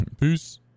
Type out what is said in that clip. Peace